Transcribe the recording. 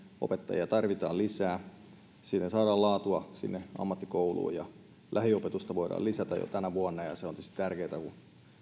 opettajia tarvitaan lisää siinä saadaan laatua ammattikouluun lähiopetusta voidaan lisätä jo tänä vuonna ja se on tietysti tärkeätä kun